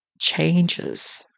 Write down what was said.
changes